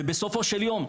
בסופו של יום,